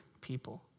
people